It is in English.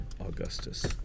Augustus